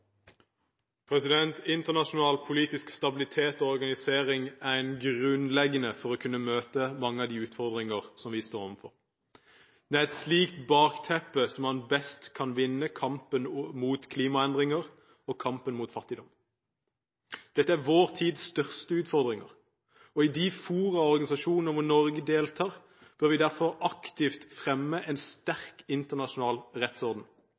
midler. Internasjonal politisk stabilitet og organisering er grunnleggende for å kunne møte mange av de utfordringer som vi står overfor. Det er med et slikt bakteppe man best kan vinne kampen mot klimaendringer og kampen mot fattigdom. Dette er vår tids største utfordringer. I de fora og organisasjoner hvor Norge deltar, bør vi derfor aktivt fremme en sterk internasjonal rettsorden.